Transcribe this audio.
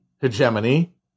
hegemony